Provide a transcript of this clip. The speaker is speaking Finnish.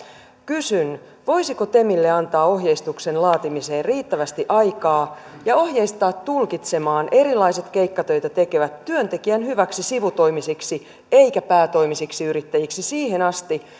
kysyn voisiko temille antaa ohjeistuksen laatimiseen riittävästi aikaa ja ohjeistaa tulkitsemaan erilaiset keikkatöitä tekevät työntekijän hyväksi sivutoimisiksi eikä päätoimisiksi yrittäjiksi siihen asti